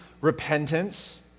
repentance